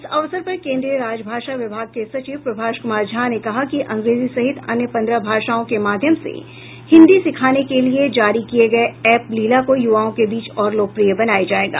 इस अवसर पर केन्द्रीय राजभाषा विभाग के सचिव प्रभाष कुमार झा ने कहा कि अंग्रेजी सहित अन्य पन्द्रह भाषाओं के माध्यम से हिन्दी सिखाने के लिए जारी किये गये एप्प लिला को युवाओं के बीच और लोकप्रिय बनाया जायेगा